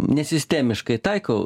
nesistemiškai taikau